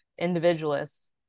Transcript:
individualists